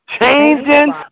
changing